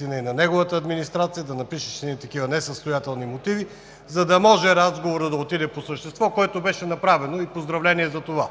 и на неговата администрация – да напишеш едни такива несъстоятелни мотиви, за да може разговорът да отиде по същество, което беше направено. Поздравления за това!